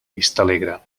vistalegre